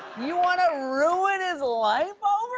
you want to ruin his life over